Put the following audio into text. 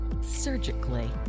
surgically